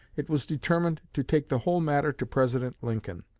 it was determined to take the whole matter to president lincoln.